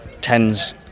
tens